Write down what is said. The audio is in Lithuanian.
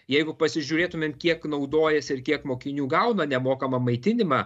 jeigu pasižiūrėtumėm kiek naudojasi ir kiek mokinių gauna nemokamą maitinimą